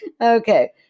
okay